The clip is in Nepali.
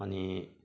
अनि